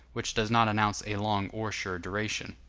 which does not announce a long or sure duration.